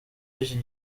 b’iki